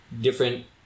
different